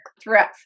throughout